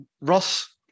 Ross